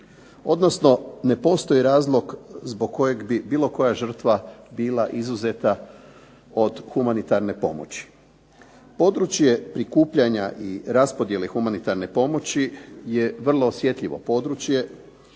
odnosno ne postoji razlog zbog kojeg bi bilo koja žrtva bila izuzeta od humanitarne pomoći. Područje prikupljanja i raspodjele humanitarne pomoći je vrlo osjetljivo područje